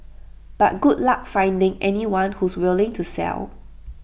but good luck finding anyone who's willing to sell